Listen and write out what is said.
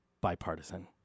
bipartisan